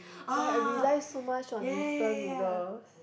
like I rely so much on instant noodles